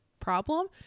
problem